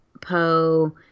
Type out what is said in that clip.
Poe